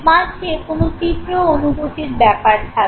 মাঝে কোন তীব্র অনুভূতির ব্যাপার থাকবে